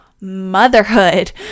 motherhood